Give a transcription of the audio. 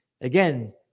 Again